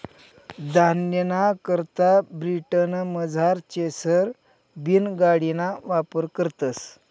धान्यना करता ब्रिटनमझार चेसर बीन गाडिना वापर करतस